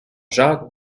jacques